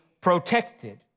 protected